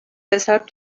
weshalb